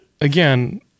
again